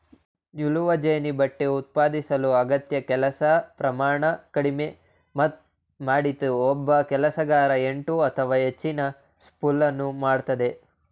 ನೂಲುವಜೆನ್ನಿ ಬಟ್ಟೆ ಉತ್ಪಾದಿಸಲು ಅಗತ್ಯ ಕೆಲಸ ಪ್ರಮಾಣ ಕಡಿಮೆ ಮಾಡಿತು ಒಬ್ಬ ಕೆಲಸಗಾರ ಎಂಟು ಅಥವಾ ಹೆಚ್ಚಿನ ಸ್ಪೂಲನ್ನು ಮಾಡ್ತದೆ